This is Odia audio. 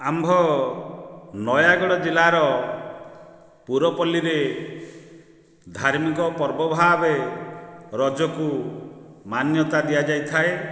ଆମ୍ଭ ନୟାଗଡ଼ ଜିଲ୍ଲାର ପୁରପଲ୍ଲୀରେ ଧାର୍ମିକ ପର୍ବ ଭାବେ ରଜକୁ ମାନ୍ୟତା ଦିଆଯାଇଥାଏ